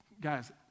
Guys